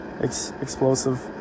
explosive